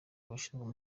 abashinzwe